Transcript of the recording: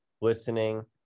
listening